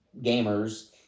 gamers